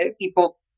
people